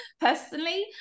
Personally